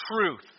truth